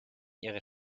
ihre